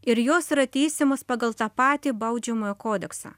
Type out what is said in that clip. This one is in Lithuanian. ir jos yra teisiamos pagal tą patį baudžiamąjį kodeksą